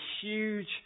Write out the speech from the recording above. huge